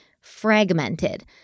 fragmented